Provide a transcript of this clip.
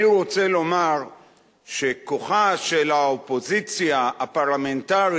אני רוצה לומר שכוחה של האופוזיציה הפרלמנטרית